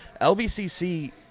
LBCC